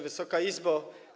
Wysoka Izbo!